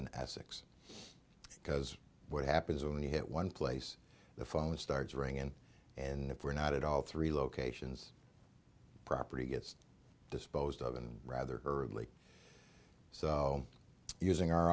asics because what happens when you hit one place the phone starts ringing and if we're not at all three locations property gets disposed of and rather hurriedly so using our